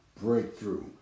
breakthrough